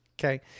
okay